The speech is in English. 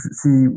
see